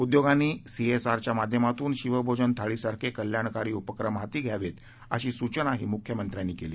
उद्योगांनी सीएसआरच्या माध्यमातून शिवभोजन थाळीसारखे कल्याणकारी उपक्रम हाती घ्यावे अशी सूचनाही मुख्यमंत्रयांनी केली